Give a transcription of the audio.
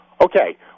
Okay